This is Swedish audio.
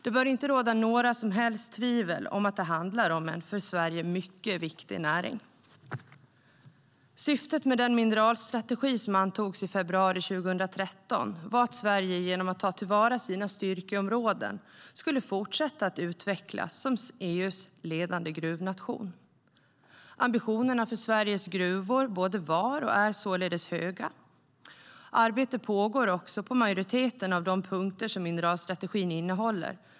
Det bör inte råda några som helst tvivel om att det handlar om en för Sverige mycket viktig näring. Syftet med den mineralstrategi som antogs i februari 2013 var att Sverige, genom att ta till vara sina styrkeområden, skulle fortsätta utvecklas som EU:s ledande gruvnation. Ambitionerna för Sveriges gruvor både var och är således höga. Arbete pågår också på majoriteten av de punkter som mineralstrategin innehåller.